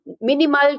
minimal